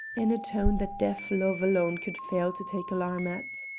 in a tone that deaf love alone could fail to take alarm at.